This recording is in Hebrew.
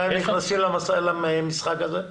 כמה נכנסים למשחק הזה?